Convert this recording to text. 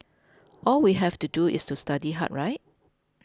all we have to do is to study hard right